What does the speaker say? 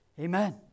Amen